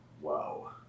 Wow